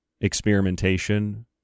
experimentation